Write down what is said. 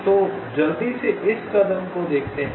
तो बहुत जल्दी इस कदम को देखते हैं